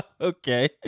okay